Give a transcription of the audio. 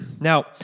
Now